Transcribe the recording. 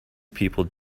people